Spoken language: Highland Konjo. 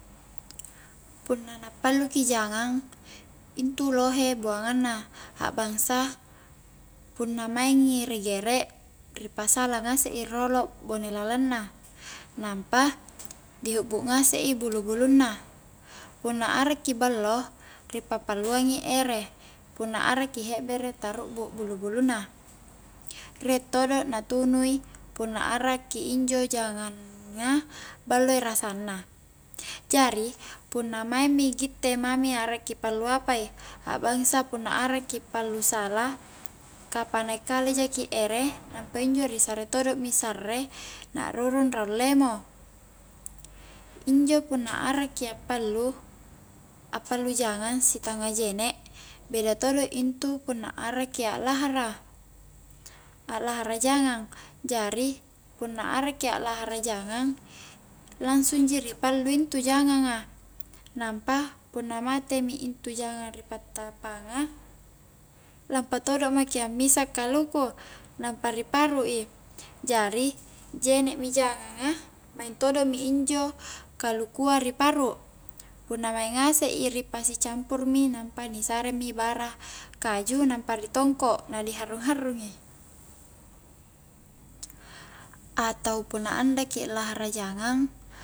Punna na pallu ki jangang intu lohe buangang na a'bangsa punna maing ri gerek, ri pasala ngasek i rolo bone lalang na nampa di hukbu ngase i bulu-bulunna, punna arakki ballo ri pa palluangi ere punna arakki injo hekbere ta rubbu bulu-bulunna riek todo na tunu i punna arakki injo jangang a ballo i rasanna jari punna maing mi gitte mami arakki pallu apai, a'bangsa, punna arakki pallu salai ka panaik kale jaki ere nampa injo ri sare todo'mi sarre na'rurung raung lemo injo punna a'rakki a'pallu-a'pallu jangang sitannga jene' beda todo intu punna arakki a'lahara a'lahara jangang, jari punna arakki a' lahara jangang langsung ji ri pallu intu jangang a, nampa punna mate mi intu jangang a ri pattapanga lampa todo maki ammisa kaluku, nampa ri paru' i jari jene' mi jangang a maing todo mi injo kalukua ri paru' punna maing ngaseki ri pasi campurmi, nampa ni sare mi bara kaju' nampa ri tongko mo, na di harrung-harrung i atau punna andaki a'lahara jangang